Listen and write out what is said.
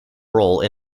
role